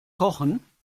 kochen